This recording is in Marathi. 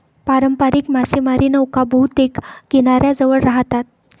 पारंपारिक मासेमारी नौका बहुतेक किनाऱ्याजवळ राहतात